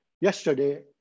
yesterday